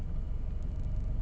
very hard for you